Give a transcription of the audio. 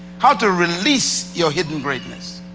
how to release your hidden greatness.